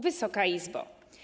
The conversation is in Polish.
Wysoka Izbo!